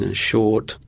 and short,